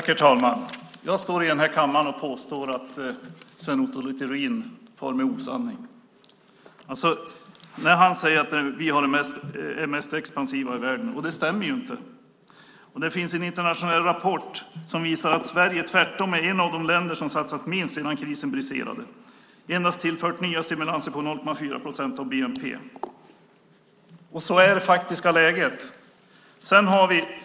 Herr talman! Jag står i den här kammaren och påstår att Sven Otto Littorin far med osanning när han säger att vi är de mest expansiva i världen. Det stämmer ju inte. Det finns en internationell rapport som visar att Sverige tvärtom är ett av de länder som satsat minst sedan krisen briserade och endast tillfört nya stimulanser på 0,4 procent av bnp. Så är det faktiska läget.